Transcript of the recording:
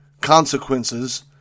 consequences